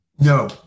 No